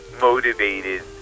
motivated